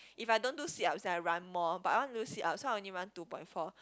if I don't do sit ups then I run more but I want to do sit ups so I only run two point four